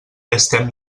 estem